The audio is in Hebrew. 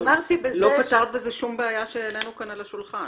לא פתרת בזה שום בעיה שהעלנו על השולחן.